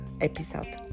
episode